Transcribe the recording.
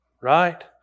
Right